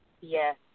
Yes